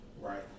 Right